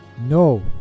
no